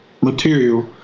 material